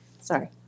Sorry